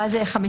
ואז יהיה חמישה.